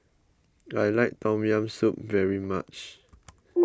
I like Tom Yam Soup very much